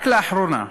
רק לאחרונה,